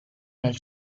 nel